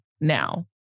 now